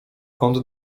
kąt